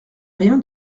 rien